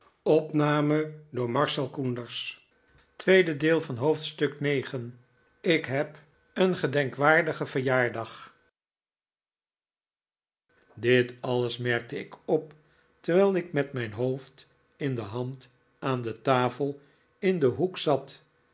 zag dit alles merkte ik op terwijl ik met mijn hoofd in de hand aan de tafel in den hoek zat